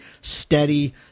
steady